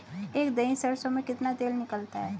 एक दही सरसों में कितना तेल निकलता है?